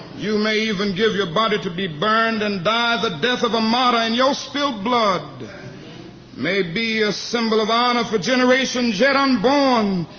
you may even give your body to be burned and die the death of a martyr, and your spilt blood may be a symbol of honor for generations yet unborn,